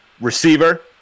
receiver